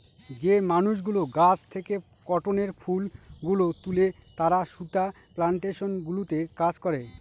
যে মানুষগুলো গাছ থেকে কটনের ফুল গুলো তুলে তারা সুতা প্লানটেশন গুলোতে কাজ করে